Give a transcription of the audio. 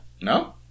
No